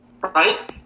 Right